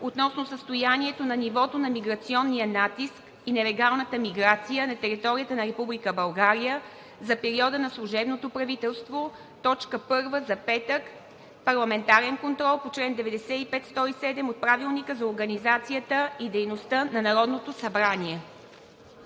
относно състоянието на нивото на миграционния натиск и нелегалната миграция на територията на Република България за периода на служебното правителство – точка първа за петък. 12. Парламентарен контрол по чл. 95 – 107 от Правилника за